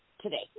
today